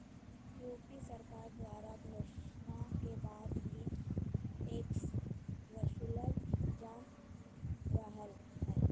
UP सरकार द्वारा घोषणा के बाद भी टैक्स वसूलल जा रहलय